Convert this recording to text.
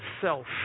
self